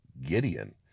gideon